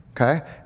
okay